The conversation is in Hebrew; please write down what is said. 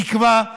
תקווה לנכים,